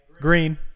green